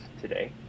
today